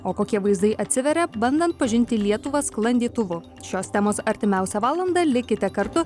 o kokie vaizdai atsiveria bandant pažinti lietuvą sklandytuvu šios temos artimiausią valandą likite kartu